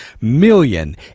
million